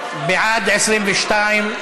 בעד 22,